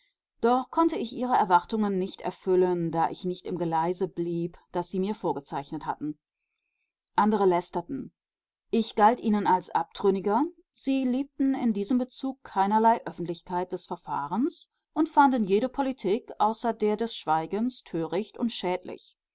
doch konnte ich ihre erwartungen nicht erfüllen da ich nicht im geleise blieb das sie mir vorgezeichnet hatten andere lästerten ich galt ihnen als abtrünniger sie liebten in diesem bezug keinerlei öffentlichkeit des verfahrens und fanden jede politik außer der des schweigens töricht und schädlich